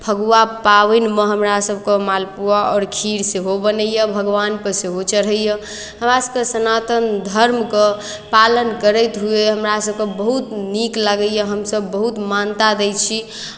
फगुआ पाबनिमे हमरासभके माल पुआ आओर खीर सेहो बनैए भगवानकेँ सेहो चढ़ैए हमरासभके सनातन धर्मके पालन करैत हुए हमरासभके बहुत नीक लगैए हमसभ बहुत मान्यता दैत छी